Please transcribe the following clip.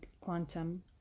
quantum